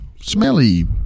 smelly